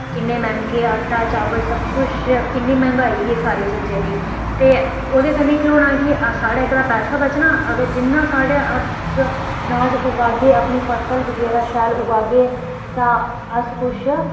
किन्ने मैंह्गे आटा चौल सबकिश किन्नी मैंह्गाई ऐ सारे चीजें दी ते ओह्दे कन्नै केह् होना कि साढ़ा इक ते पैसा बचना अगर जिन्ना साढ़ा अस नाज उगागे अपनी फसल बगैरा शैल उगागे तां अस किश